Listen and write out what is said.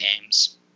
games